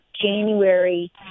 January